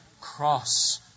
cross